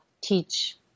teach